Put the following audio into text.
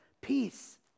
peace